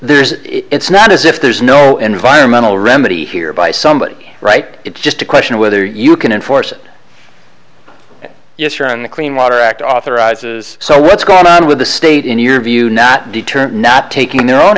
there's it's not as if there's no environmental remedy here by somebody right it's just a question of whether you can enforce it yes you're on the clean water act authorizes so what's going on with the state in your view not deter not taking their own